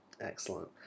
Excellent